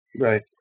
Right